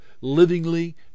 livingly